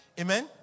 Amen